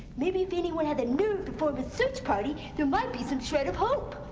maybe if anyone had the nerve to form a search party, there might be some shred of hope!